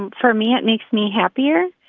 and for me, it makes me happier,